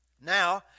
Now